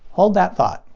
hold that thought.